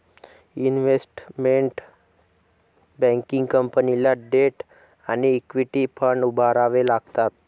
investment banking कंपनीला debt आणि equity fund उभारावे लागतात